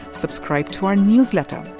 subscribe to our newsletter.